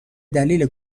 دلیل